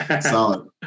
Solid